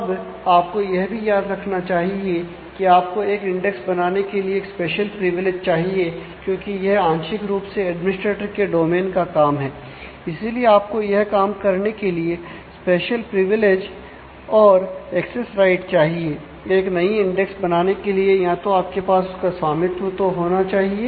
अब आपको यह भी याद रखना चाहिए कि आपको एक इंडेक्स बनाने के लिए एक स्पेशल प्रिविलेज होना चाहिए